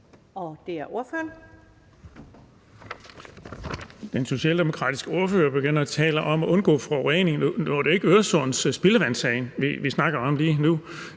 Den socialdemokratiske ordfører begynder at tale om at undgå forurening. Nu er det ikke Øresunds spildevandssag, vi snakker om lige nu,